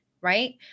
right